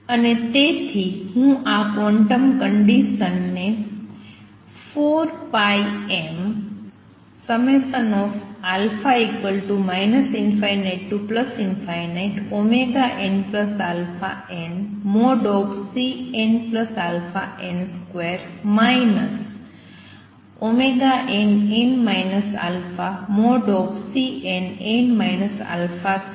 અને તેથી હું આ ક્વોન્ટમ કંડિસન ને 4πmα ∞nαn|Cnαn |2 nn α|Cnn α |2h તરીકે લખી શકું છું